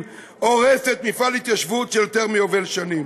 הורסת מפעל התיישבות של יותר מיובל שנים.